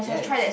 yes